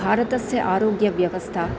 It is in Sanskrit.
भारतस्य आरोग्यव्यवस्था